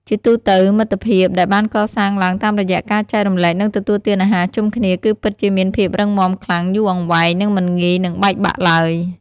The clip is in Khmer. ជាទូទៅ មិត្តភាពដែលបានកសាងឡើងតាមរយៈការចែករំលែកនិងទទួលទានអាហារជុំគ្នាគឺពិតជាមានភាពរឹងមាំខ្លាំង យូរអង្វែង និងមិនងាយនឹងបែកបាក់ឡើយ។